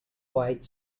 white